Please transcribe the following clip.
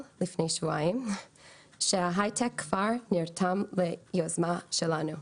לפני שבועיים שהיי-טק נרתם גם ליוזמה שלנו.